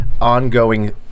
ongoing